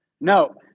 No